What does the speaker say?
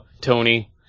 Tony